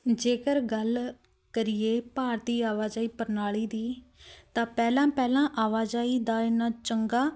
ਜੇਕਰ ਗੱਲ ਕਰੀਏ ਭਾਰਤੀ ਆਵਾਜਾਈ ਪ੍ਰਣਾਲੀ ਦੀ ਤਾਂ ਪਹਿਲਾਂ ਪਹਿਲਾਂ ਆਵਾਜਾਈ ਦਾ ਇੰਨਾਂ ਚੰਗਾ